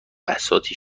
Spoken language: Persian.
بساطی